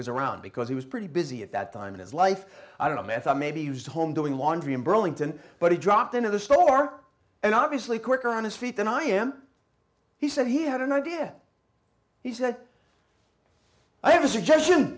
was around because he was pretty busy at that time in his life i don't know man i thought maybe used a home doing laundry in burlington but he dropped into the store and obviously quicker on his feet than i am he said he had an idea he said i have a suggestion